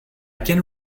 can